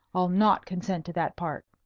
i'll not consent to that part.